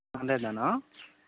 హండ్రెడ్లోనా